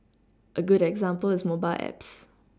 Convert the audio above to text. a good example is mobile apps